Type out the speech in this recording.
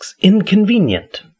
inconvenient